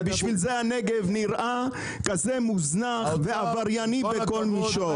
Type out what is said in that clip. ובגלל זה הנגב נראה כזה מוזנח ועברייני בכל מישור.